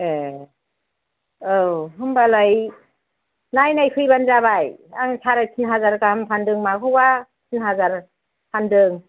ए औ होनबालाय नायफैबानो जाबाय आं साराय तिन हाजार गाहाम फानदों माखौबा तिन हाजार फानदों